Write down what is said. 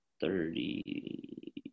Thirty